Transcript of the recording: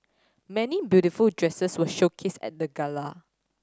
many beautiful dresses were showcased at the gala